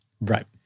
Right